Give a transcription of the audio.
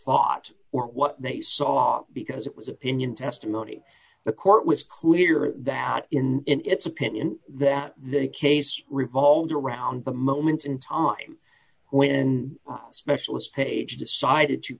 thought or what they saw because it was opinion testimony the court was clear that in its opinion that the case revolved around the moments in time when specialist page decided to